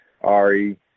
Ari